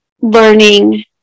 learning